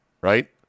right